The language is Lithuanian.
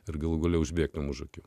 ir galų gale užbėgti už akių